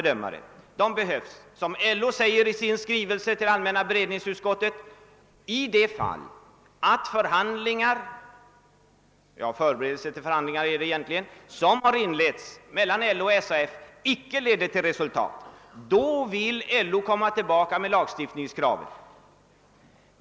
Det behövs — såsom LO säger i sin skrivelse till allmänna beredningsutskottet — om de förbere delser till förhandlingar som inletts mellan LO och SAF inte leder till resultat; då vill LO återkomma med lagstiftningskravet.